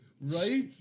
Right